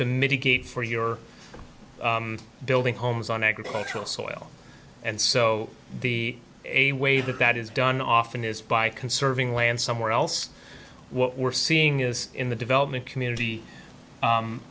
to mitigate for your building homes on agricultural soil and so the a way that that is done often is by conserving land somewhere else what we're seeing is in the development community